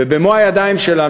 ובמו-הידיים שלנו,